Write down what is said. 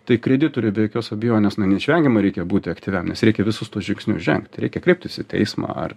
tai kreditoriui be jokios abejonės na neišvengiamai reikia būti aktyviam nes reikia visus tuos žingsnius žengti reikia kreiptis į teismą ar